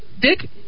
Dick